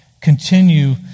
continue